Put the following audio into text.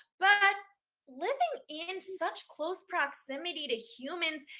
but living in such close proximity to humans,